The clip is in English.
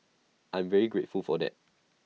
I'm very grateful for that